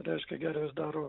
reiškia gervės daro